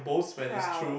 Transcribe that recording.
proud